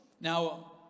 Now